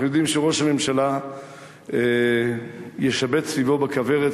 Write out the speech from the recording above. אנחנו יודעים שראש הממשלה ישבץ סביבו בכוורת